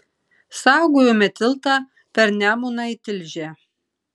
saugojome tiltą per nemuną į tilžę